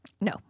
No